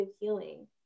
healing